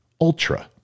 Ultra